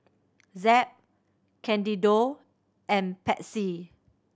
Zeb Candido and Patsy